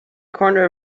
corner